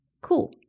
Cool